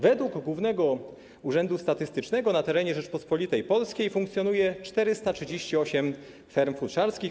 Według Głównego Urzędu Statystycznego na terenie Rzeczypospolitej Polskiej funkcjonuje 438 ferm futrzarskich.